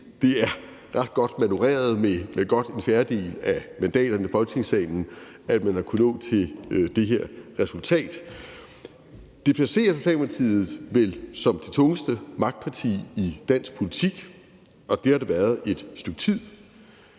det er ret godt manøvreret med godt en fjerdedel af mandaterne i Folketingssalen, at man har kunnet nå til det her resultat. Det placerer Socialdemokratiet som vel det tungeste magtparti i dansk politik, og det har det været et stykke tid.